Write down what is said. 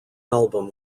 album